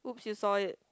oops you saw it